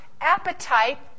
appetite